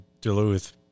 Duluth